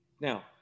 Now